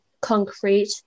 concrete